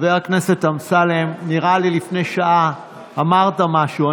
חבר הכנסת אמסלם, נראה לי שלפני שעה אמרת משהו.